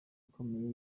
ikomeye